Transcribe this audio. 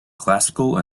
classical